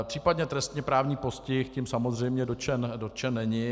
Případný trestněprávní postih tím samozřejmě dotčen není.